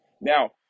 Now